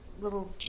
little